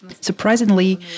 Surprisingly